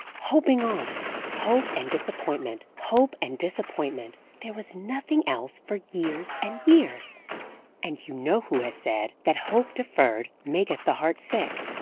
hoping on hope and disappointment, hope and disappointment there was nothing else for years and years and you know who has said, that hope deferred maketh the heart sick.